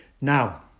Now